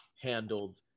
handled